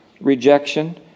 rejection